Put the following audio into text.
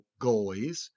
goalies